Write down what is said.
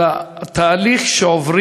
את הילדות והילדים